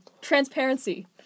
Transparency